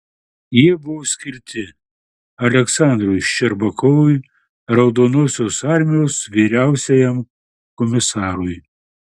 jie buvo skirti aleksandrui ščerbakovui raudonosios armijos vyriausiajam komisarui